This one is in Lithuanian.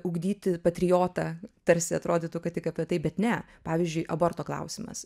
ugdyti patriotą tarsi atrodytų kad tik apie tai bet ne pavyzdžiui aborto klausimas